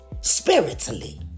spiritually